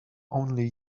only